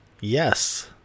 Yes